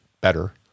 better